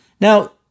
Now